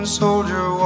soldier